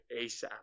ASAP